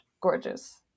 gorgeous